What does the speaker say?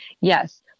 yes